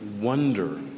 wonder